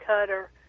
Cutter